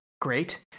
great